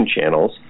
channels